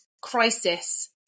crisis